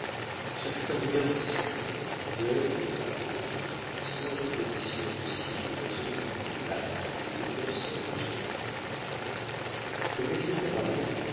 ce fut un regard discret d'œil à d'œil sans répétition possible dans aucune glace et que personne ne surprit comme elle s'est préparée